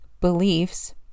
beliefs